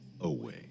Away